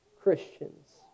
Christians